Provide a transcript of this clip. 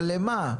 אבל למה?